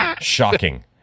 shocking